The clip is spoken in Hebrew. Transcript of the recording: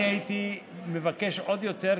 הייתי מבקש עוד יותר,